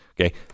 Okay